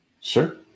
Sure